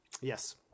Yes